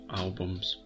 albums